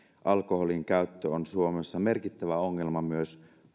alkoholinkäyttö on suomessa merkittävä ongelma myös